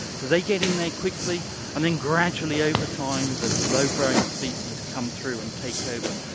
so they get in there quickly and then gradually over time the slow growing species come through and take over.